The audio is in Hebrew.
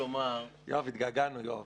יואב, התגעגענו, יואב.